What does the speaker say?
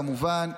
כמובן,